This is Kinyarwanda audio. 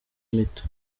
mito